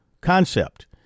concept